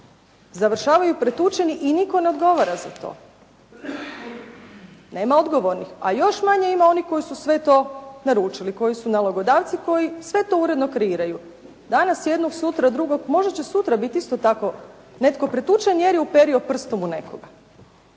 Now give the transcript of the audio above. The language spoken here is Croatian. završavaju pretučeni i nitko ne odgovara za to. Nema odgovornih, a još manje ima onih koji su sve to naručili, koji su nalogodavci koji sve to uredno kreiraju. Danas jednog, sutra drugog. Možda će sutra biti isto tako netko pretučen, jer je uperio prstom u nekoga.